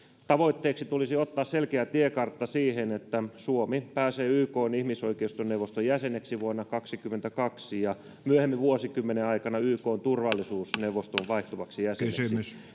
tavoitteeksi tulisi ottaa selkeä tiekartta siihen että suomi pääsee ykn ihmisoikeusneuvoston jäseneksi vuonna kaksikymmentäkaksi ja myöhemmin vuosikymmenen aikana ykn turvallisuusneuvoston vaihtuvaksi jäseneksi